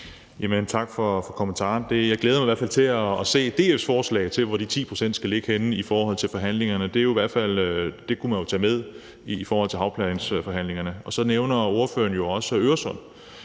Tak for kommentaren. Jeg glæder mig i hvert fald til at se DF's forslag til, hvor de 10 pct. skal ligge henne, i forhold til forhandlingerne. Det kunne man jo tage med i forhold til havplansforhandlingerne. Og så nævner ordføreren jo også Øresund